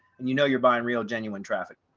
and you know, you're buying real genuine traffic.